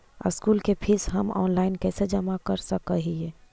School के फीस हम ऑनलाइन कैसे जमा कर सक हिय?